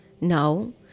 No